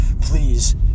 please